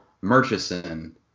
Murchison